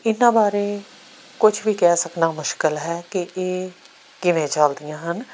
ਇਹਨਾਂ ਬਾਰੇ ਕੁਛ ਵੀ ਕਹਿ ਸਕਣਾ ਮੁਸ਼ਕਲ ਹੈ ਕਿ ਇਹ ਕਿਵੇਂ ਚਲਦੀਆਂ ਹਨ